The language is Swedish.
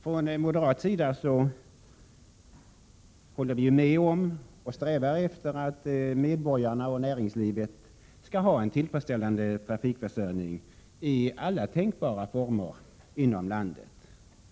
Från moderat sida håller vi med om och strävar efter att medborgarna och näringslivet skall ha en tillfredsställande trafikförsörjning i alla tänkbara former inom landet.